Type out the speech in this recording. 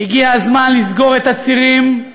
הגיע הזמן לסגור את הצירים,